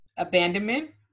abandonment